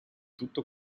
tutto